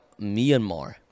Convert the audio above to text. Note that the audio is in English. Myanmar